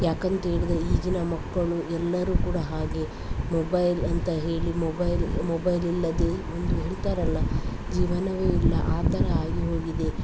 ಯಾಕಂತೇಳಿದ್ರೆ ಈಗಿನ ಮಕ್ಕಳು ಎಲ್ಲರೂ ಕೂಡ ಹಾಗೆ ಮೊಬೈಲ್ ಅಂತ ಹೇಳಿ ಮೊಬೈಲ್ ಮೊಬೈಲ್ ಇಲ್ಲದೇ ಒಂದು ಹೇಳ್ತಾರಲ್ಲ ಜೀವನವೇ ಇಲ್ಲ ಆ ಥರ ಆಗಿ ಹೋಗಿದೆ